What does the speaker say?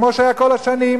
כמו שהיה כל השנים.